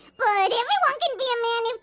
but everyone can be a man if